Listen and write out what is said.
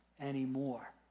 anymore